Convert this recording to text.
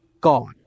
gone